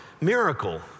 miracle